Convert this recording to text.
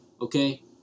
okay